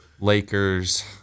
Lakers